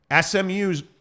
SMU's